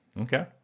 okay